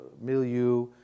milieu